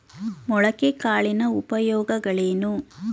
ಮೊಳಕೆ ಕಾಳಿನ ಉಪಯೋಗಗಳೇನು?